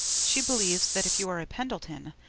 she believes that if you are a pendleton,